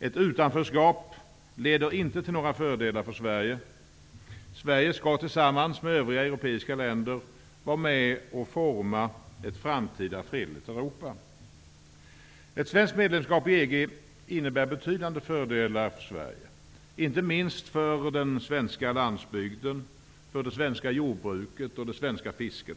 Ett utanförskap leder inte till några fördelar för Sverige. Sverige skall tillsammans med övriga europeiska länder vara med och forma ett framtida fredligt Europa. Ett svenskt medlemskap i EG innebär betydande fördelar för Sverige, inte minst för den svenska landsbygden, för det svenska jordbruket och för det svenska fisket.